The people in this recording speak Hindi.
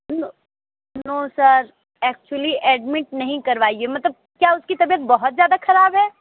no no sir actually admit नहीं करवाइयए मतलब क्या उसकी तबीयत बहुत ज़्यादा ख़राब है